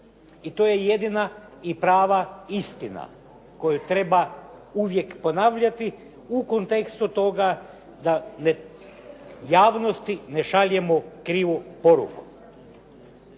i to je jedina i prava istina koju treba uvijek ponavljati u kontekstu toga da javnosti ne šaljemo krivu poruku.